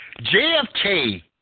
JFK